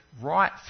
right